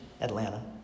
Atlanta